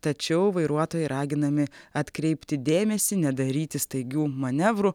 tačiau vairuotojai raginami atkreipti dėmesį nedaryti staigių manevrų